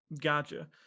Gotcha